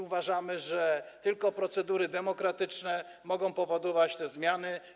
Uważamy, że tylko procedury demokratyczne mogą powodować te zmiany.